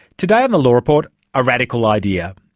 today on the law report a radical idea.